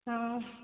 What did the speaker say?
ହଁ